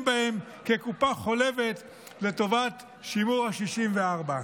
בהם כקופה חולבת לטובת שימור ה-64.